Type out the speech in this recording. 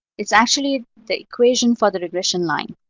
it's actually the equation for the regression line.